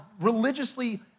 religiously